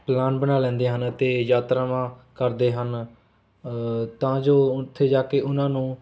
plan ਬਣਾ ਲੈਂਦੇ ਹਨ ਅਤੇ ਯਾਤਰਾਵਾਂ ਕਰਦੇ ਹਨ ਤਾਂ ਜੋ ਉੱਥੇ ਜਾ ਕੇ ਉਨ੍ਹਾਂ ਨੂੰ